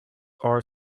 our